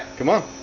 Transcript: come on